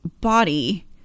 body